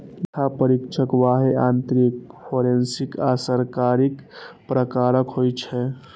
लेखा परीक्षक बाह्य, आंतरिक, फोरेंसिक आ सरकारी प्रकारक होइ छै